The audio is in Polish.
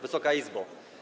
Wysoka Izbo!